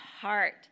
heart